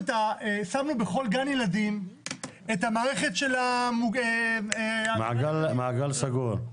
בכל גן ילדים שמנו את מערכת המצלמות במעגל סגור,